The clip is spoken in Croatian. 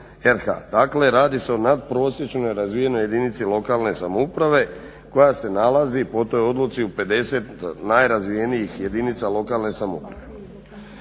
Dakle radi se o nadprosječno razvijenoj jedinici lokalne samouprave koja se nalazi po toj odluci u 50 najrazvijenijih jedinica lokalne samouprave.